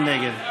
מי נגד?